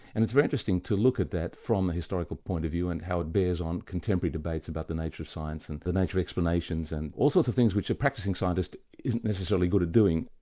and it's very interesting to look at that from a historical point of view, and how it bears on contemporary debates about the nature of science and the nature of explanations and all sorts of things which a practising scientist isn't necessarily good at doing.